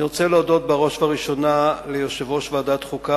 אני רוצה להודות בראש ובראשונה ליושב-ראש ועדת החוקה,